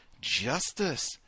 justice